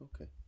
Okay